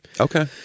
Okay